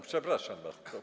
Przepraszam bardzo.